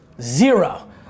zero